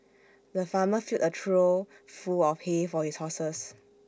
the farmer filled A trough full of hay for his horses